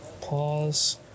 Pause